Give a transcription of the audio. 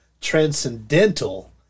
transcendental